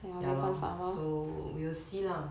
ya lor so we'll see lah